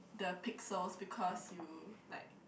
the pixels because you like